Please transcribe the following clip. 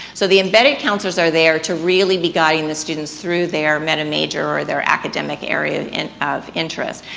so, the embedded counselors are there to really be guiding the students through their meta-major or their academic area and of interest.